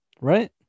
right